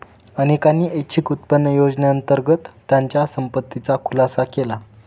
अनेकांनी ऐच्छिक उत्पन्न योजनेअंतर्गत त्यांच्या संपत्तीचा खुलासा केला